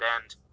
end